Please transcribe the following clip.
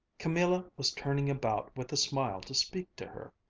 camilla was turning about with a smile to speak to her.